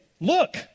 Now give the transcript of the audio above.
look